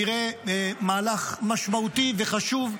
זה נראה מהלך משמעותי וחשוב,